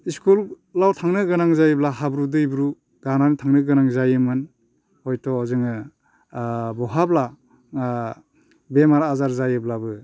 स्कुलाव थांनो गोनां जायोब्ला हाब्रु दैब्रु गानानै थांनो गोनां जायोमोन हयथ' जोङो बहाबा बेमार आजार जायोब्लाबो